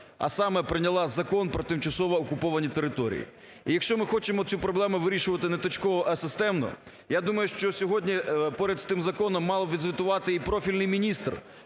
а саме: прийняла Закон про тимчасово окуповані території. І якщо ми хочемо цю проблему вирішувати не точково, а системно, я думаю, що сьогодні поряд з тим законом мав би відзвітувати і профільний міністр